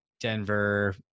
Denver